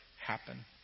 happen